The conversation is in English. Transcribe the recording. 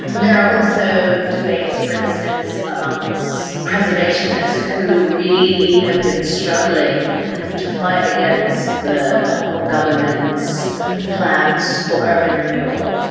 and there are also debates, for instance, amongst preservationists who really have been struggling to fight against the hong kong government's plans for urban renewal.